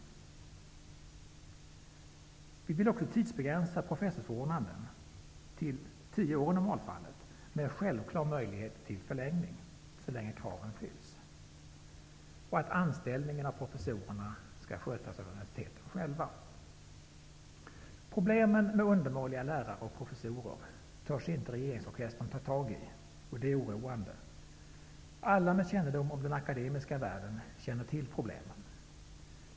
Vi vill också tidsbegränsa professorsförordnanden till i normalfallet 10 år med en självklar möjlighet till förlängning så länge kraven uppfylls, och anställning av professorerna skall skötas av universiteten själva. Problemen med undermåliga lärare och professorer törs inte regeringsorkestern ta tag i, och det är oroande. Alla med kännedom om den akademiska världen känner till problemen.